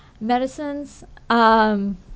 medicines